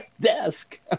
desk